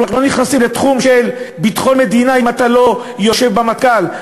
אנחנו לא נכנסים לתחום של ביטחון מדינה אם אנחנו לא יושבים במטכ"ל,